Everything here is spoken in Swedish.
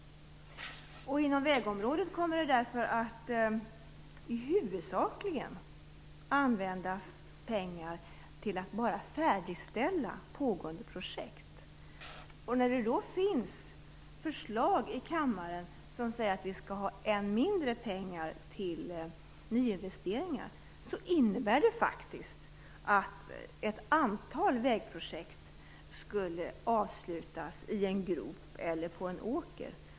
Inom vägområdet kommer därför pengar att huvudsakligen användas till att färdigställa pågående projekt. När det då föreslås i kammaren att vi skall ha än mindre pengar till nyinvesteringar innebär det faktiskt att ett antal vägprojekt avslutas i en grop eller på en åker.